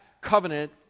covenant